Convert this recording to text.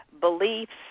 beliefs